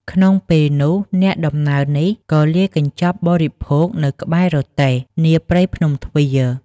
ក្នុងពេលនោះ ពួកអ្នកដំណើរនេះក៏លាកញ្ចប់បរិភោគ នៅក្បែររទេះ នាព្រៃភ្នំទ្វារ ។